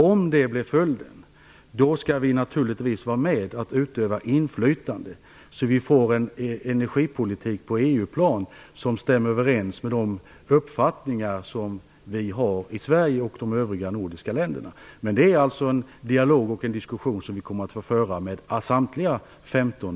Om det blir följden skall vi naturligtvis vara med och utöva inflytande, så att vi får en energipolitik på EU-planet som stämmer överens med de uppfattningar vi har i Sverige och de övriga nordiska länderna. Det är en dialog och en diskussion som vi kommer att få föra med samtliga 15